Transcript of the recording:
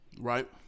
Right